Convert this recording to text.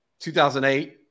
2008